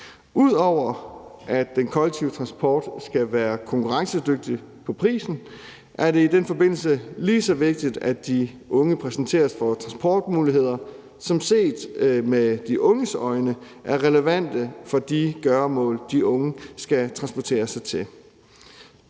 Ud over at den kollektive transport skal være konkurrencedygtig på prisen, er det i den forbindelse lige så vigtigt, at de unge præsenteres for transportmuligheder, som set med de unges øjne er relevante for de gøremål, de unge skal transportere sig til.